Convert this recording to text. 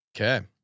Okay